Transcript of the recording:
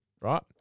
right